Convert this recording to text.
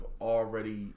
already